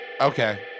okay